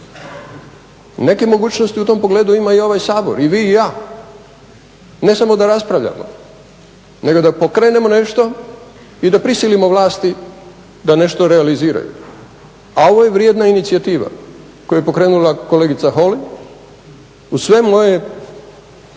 Neke mogućnosti u tom pogledu ima i ovaj Sabor i vi i ja, ne samo da raspravljamo nego da pokrenemo nešto i da prisilimo vlasti da nešto realiziraju a ovo je vrijedna inicijativa koju je pokrenula kolegica Holy uz sve moje,